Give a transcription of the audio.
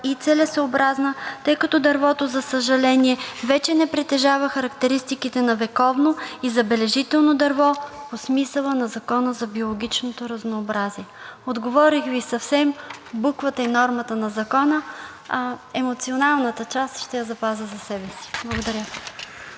и целесъобразна, тъй като дървото, за съжаление, вече не притежава характеристиките на вековно и забележително дърво по смисъла на Закона за биологичното разнообразие. Отговорих Ви съвсем в буквата и нормата на закона, а емоционалната част ще я запазя за себе си. Благодаря.